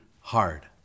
hard